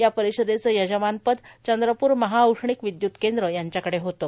या परिषदेचे यजमान पद चंद्रप्र महाऔष्णिक विद्युत केंद्र यांच्याकडे होतं